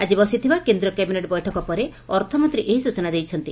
ଆକି ବସିଥିବା କେନ୍ଦ୍ରୀୟ କ୍ୟାବିନେଟ୍ ବୈଠକ ପରେ ଅର୍ଥମନ୍ତୀ ଏହି ସ୍ଚନା ଦେଇଛନ୍ତି